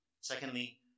Secondly